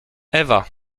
ewa